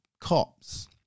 Cops